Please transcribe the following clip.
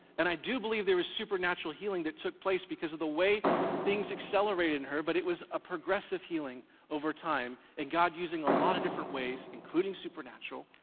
and i do believe there is supernatural healing that took place because of the way things accelerated in her but it was a progressive healing over time and god using a lot of different ways, including supernatural,